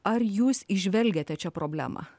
ar jūs įžvelgiate čia problemą